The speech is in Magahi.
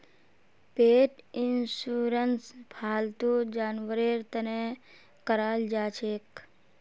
पेट इंशुरंस फालतू जानवरेर तने कराल जाछेक